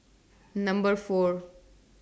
Number four